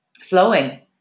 flowing